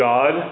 God